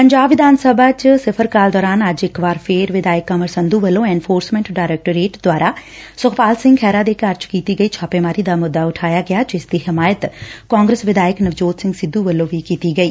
ਪੰਜਾਬ ਵਿਧਾਨ ਸਭਾ ਚ ਸਿਫ਼ਰ ਕਾਲ ਦੌਰਾਨ ਅੱਜ ਇਕ ਵਾਰ ਫੇਰ ਵਿਧਾਇਕ ਕੰਵਰ ਸੰਧੁ ਵੱਲੋਂ ਐਨਫੋਰਸਮੈਂਟ ਡਾਇਰੈਕਟੋਰੇਟ ਦੁਆਰਾ ਸੁਖਪਾਲ ਸਿੰਘ ਖਹਿਰਾ ਦੇ ਘਰ ਚ ਕੀਤੀ ਗਈ ਛਾਪੇਮਾਰੀ ਦਾ ਮੁੱਦਾ ਉਠਾਇਆ ਗਿਆ ਜਿਸ ਦੀ ਹਿਮਾਇਤ ਕਾਂਗਰਸ ਵਿਧਾਇਕ ਨਵਜੋਤ ਸਿੰਘ ਸਿੱਧੁ ਵੱਲੋਂ ਵੀ ਕੀਤੀ ਗਈ